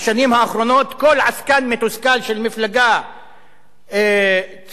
כל עסקן מתוסכל של מפלגה ציונית כלשהי